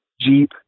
jeep